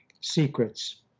secrets